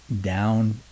down